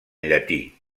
llatí